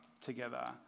together